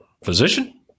physician